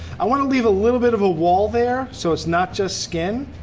i wanna leave a little bit of a wall there, so it's not just skin.